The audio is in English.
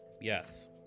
Yes